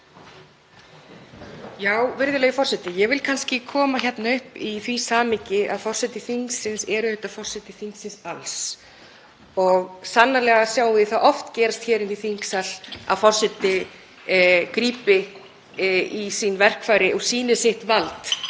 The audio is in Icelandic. Virðulegi forseti. Ég vil koma hérna upp í því samhengi að forseti þingsins er forseti þingsins alls og sannarlega sjáum við það oft gerist hér í þingsal að forseti grípi í sín verkfæri og sýni sitt vald